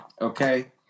okay